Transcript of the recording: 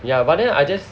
ya but then I just